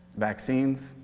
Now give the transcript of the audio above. vaccines.